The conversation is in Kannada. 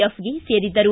ಎಫ್ ಗೆ ಸೇರಿದ್ದರು